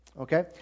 Okay